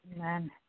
Amen